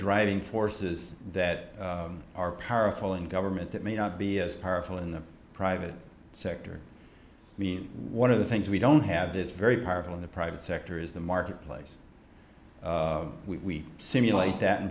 driving forces that are powerful in government that may not be as powerful in the private sector i mean one of the things we don't have that is very powerful in the private sector is the marketplace we simulate that in